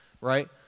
Right